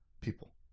people